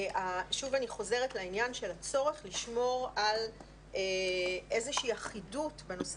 שוב אני חוזרת על העניין של הצורך לשמור על איזה שהיא אחידות בנושא